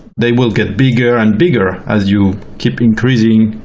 they will get bigger and bigger as you keep increasing